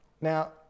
Now